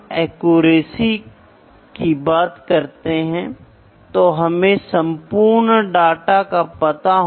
तो कंट्रोल की सटीकता सीधे माप की भौतिकी की सटीकता पर निर्भर करती है जो भौतिक चर द्वारा किया जाता है